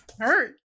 hurt